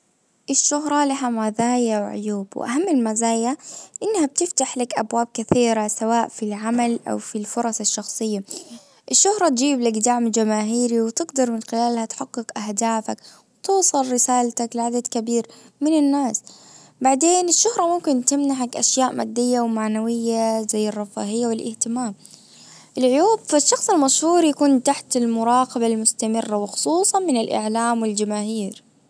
الشهرة لها مزايا وعيوب واهم المزايا انها بتفتح لك ابواب كثيرة سواء في العمل او في الفرص الشخصية. الشهرة تجيب لك دعم جماهيري وتقدر من خلالها تحقق اهدافك. توصل رسالتك لعدد كبير من الناس بعدين الشهرة ممكن تمنحك اشياء مادية ومعنوية زي الرفاهية والاهتمام. العيوب في الشخص المشهور يكون تحت المراقبة المستمرة وخصوصا من الاعلام والجماهير.